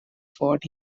fought